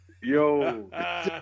Yo